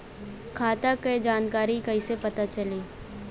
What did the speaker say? खाता के जानकारी कइसे पता चली?